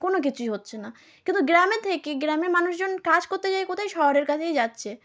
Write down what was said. কোনো কিছুই হচ্ছে না কিন্তু গ্রামে থেকে গ্রামের মানুষ জন কাজ করতে যায় কোথায় শহরের কাছেই যাচ্ছে